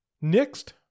next